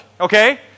Okay